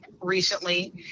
recently